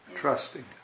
Trusting